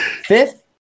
fifth